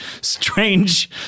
strange